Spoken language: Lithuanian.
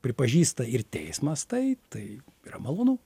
pripažįsta ir teismas tai tai yra malonu